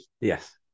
Yes